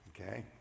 okay